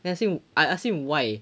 then I asked him I asked him why